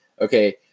Okay